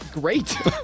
Great